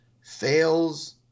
fails